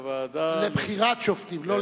לבחירת שופטים.